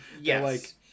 Yes